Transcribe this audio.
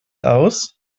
aus